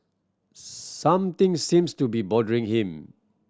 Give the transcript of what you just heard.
something seems to be bothering him